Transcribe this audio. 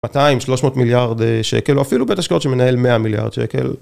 200-300 מיליארד שקל או אפילו בית השקעות שמנהל 100 מיליארד שקל